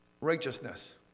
Righteousness